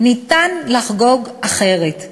ניתן לחגוג אחרת.